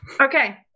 Okay